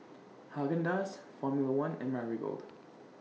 Haagen Dazs Formula one and Marigold